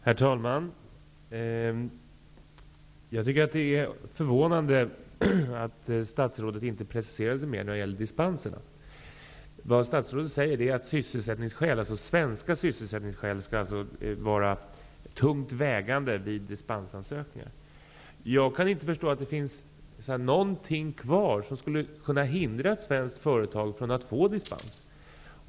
Herr talman! Det är förvånande att statsrådet inte preciserar sig mer när det gäller dispenserna. Vad statsrådet säger är att sysselsättningen i Sverige skall vara tungt vägande skäl vid dispensansökningar. Jag kan inte förstå att det finns någonting kvar som skulle kunna hindra ett svenskt företag från att få dispens.